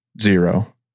Zero